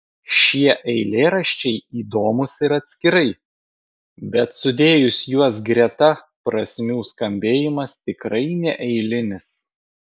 šie eilėraščiai įdomūs ir atskirai bet sudėjus juos greta prasmių skambėjimas tikrai neeilinis